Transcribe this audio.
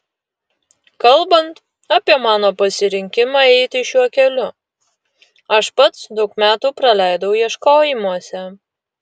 kalbant apie mano pasirinkimą eiti šiuo keliu aš pats daug metų praleidau ieškojimuose